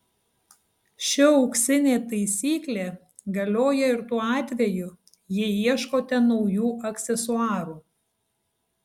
ši auksinė taisyklė galioja ir tuo atveju jei ieškote naujų aksesuarų